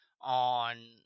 on